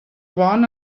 one